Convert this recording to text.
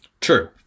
True